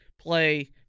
play